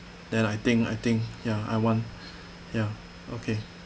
then I think I think ya I want ya okay